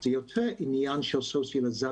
זה יותר עניין של סוציאליזציה,